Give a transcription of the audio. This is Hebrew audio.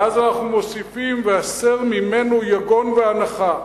ואז אנחנו מוסיפים: "והסר ממנו יגון ואנחה".